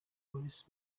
polisi